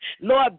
lord